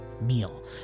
meal